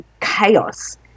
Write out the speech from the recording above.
chaos